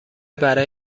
برای